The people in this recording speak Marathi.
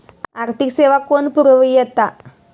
आर्थिक सेवा कोण पुरयता?